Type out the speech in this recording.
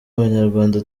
abanyarwanda